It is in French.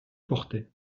portait